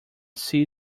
sea